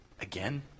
again